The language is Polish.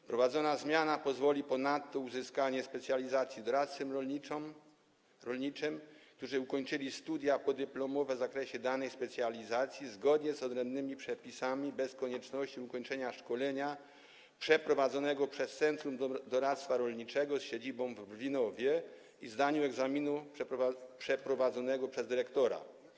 Wprowadzana zmiana pozwoli ponadto na uzyskanie specjalizacji doradcom rolniczym, którzy ukończyli studia podyplomowe w zakresie danej specjalizacji zgodnie z odrębnymi przepisami, bez konieczności ukończenia szkolenia przeprowadzanego przez Centrum Doradztwa Rolniczego z siedzibą w Brwinowie i zdania egzaminu przeprowadzanego przez dyrektora.